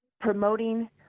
promoting